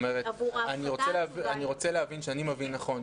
אני רוצה לוודא שאני מבין נכון.